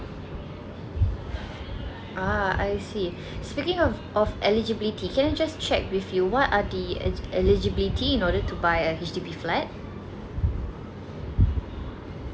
ah I see speaking of of eligibility can I just check with you what are the eligibility in order to buy a H_D_B flat